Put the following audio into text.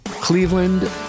Cleveland